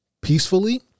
peacefully